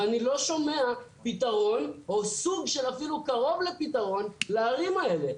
ואני לא שומע פתרון או סוג של אפילו קרוב לפתרון לערים האלה.